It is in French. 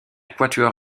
quatuor